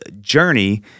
journey